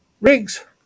rigs